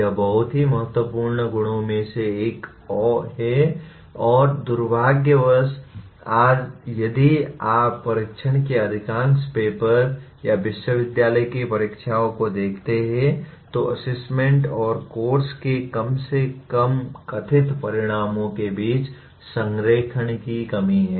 यह बहुत ही महत्वपूर्ण गुणों में से एक है और दुर्भाग्यवश आज यदि आप परीक्षण के अधिकांश पेपर या विश्वविद्यालय की परीक्षाओं को देखते हैं तो असेसमेंट और कोर्स के कम से कम कथित परिणामों के बीच संरेखण की कमी है